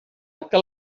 que